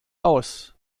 aus